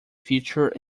future